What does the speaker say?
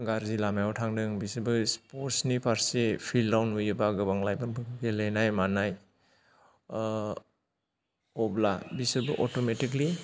गारजि लामायाव थांदों बिसोरबो स्पर्टसनि फारसे पिल्डाव नुयोबा गोबां लाइमोन फोरखौ गेलेनाय मानाय ओ अब्ला बिसोरबो अटमेटिकेलि